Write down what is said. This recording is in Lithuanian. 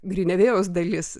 grinevėjaus dalis